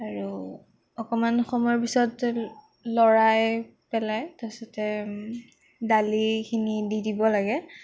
আৰু অকণমান সময়ৰ পিছতে লৰাই পেলাই তাৰ পিছতে দালিখিনি দি দিব লাগে